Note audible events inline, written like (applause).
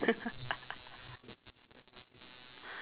(laughs)